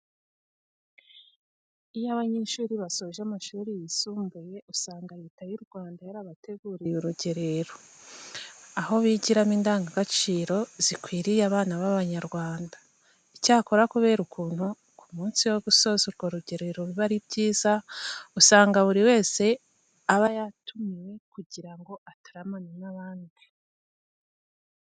Iyo abanyeshuri basoje amashuri yisumbuye usanga Leta y'u Rwanda yarabateguriye urugerero, aho bigiramo indangagaciro zikwiriye abana b'Abanyarwanda. Icyakora kubera ukuntu ku munsi wo gusoza urwo rugerero biba ari byiza, usanga buri wese aba yatumiwe kugira ngo ataramane n'abandi.